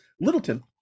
Littleton